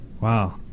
Wow